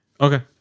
Okay